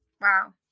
wow